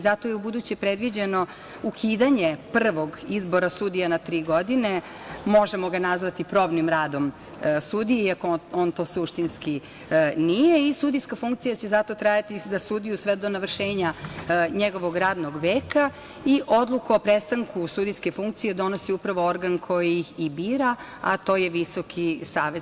Zato je ubuduće predviđeno ukidanje prvog izbora sudija na tri godine, možemo ga nazvati probnim radom sudije, iako on to suštinski nije i sudijska funkcija će zato trajati za sudiju sve do navršenja njegovog radnog veka i odluku o prestanku sudijske funkcije donosi upravo organ koji ih i bira, a to je VSS.